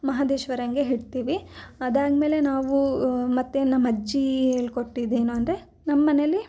ಮಹಾದೇಶ್ವರಂಗೆ ಇಡ್ತೀವಿ ಅದಾದಮೇಲೆ ನಾವು ಮತ್ತೆ ನಮ್ಮ ಅಜ್ಜಿ ಹೇಳ್ಕೊಟ್ಟಿದ್ದು ಏನು ಅಂದರೆ ನಮ್ಮ ಮನೇಲಿ